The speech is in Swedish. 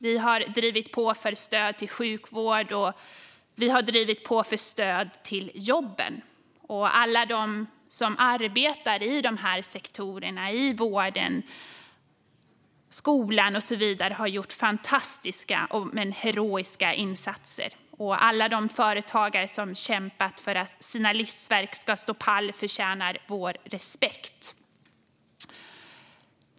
Vi har drivit på för stöd till sjukvården, och vi har drivit på för stöd till jobben. Alla de som arbetar i de här sektorerna - vården, skolan och så vidare - har gjort fantastiska och heroiska insatser. Alla de företagare som har kämpat för att deras livsverk ska stå pall förtjänar vår respekt.